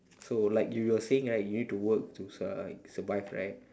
so like you you're saying right you need to work to like survive right